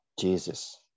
Jesus